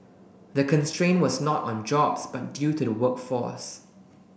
the constraint was not on jobs but due to the workforce